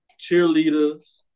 cheerleaders